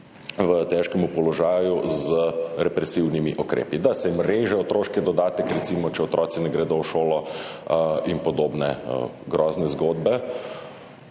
v težkem položaju, z represivnimi ukrepi, da se jim reže otroški dodatek, recimo če otroci ne gredo v šolo in podobne grozne zgodbe.